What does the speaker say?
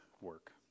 work